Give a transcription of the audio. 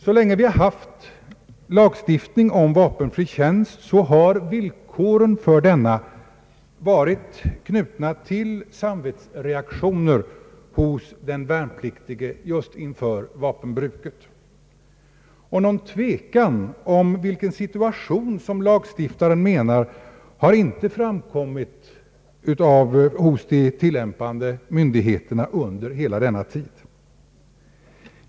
Så länge vi har haft lagstiftning om vapenfri tjänst har villkoren för denna varit knutna till samvetsreaktioner hos den värnpliktige inför vapenbruket. Någon tvekan om vilken situation lagstiftaren menar har inte framkommit hos de tillämpande myndigheterna under hela denna tid.